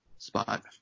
Spot